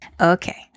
Okay